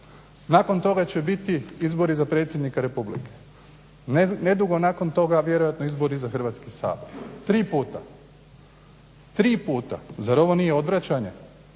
nakon toga će biti izbori za predsjednika republike, nedugo nakon toga vjerojatno izbori za Hrvatski sabor. Tri puta, tri puta. Zar ovo nije odvraćanje